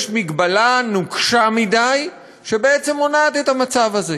יש מגבלה נוקשה מדי, שבעצם מונעת את המצב הזה.